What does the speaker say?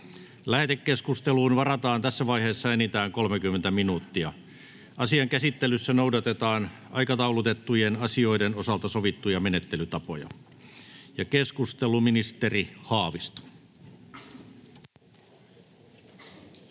Lähetekeskusteluun varataan tässä vaiheessa enintään 30 minuuttia. Asian käsittelyssä noudatetaan aikataulutettujen asioiden osalta sovittuja menettelytapoja. — Keskustelu, ministeri Haavisto. [Speech